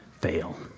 fail